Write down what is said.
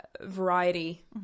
variety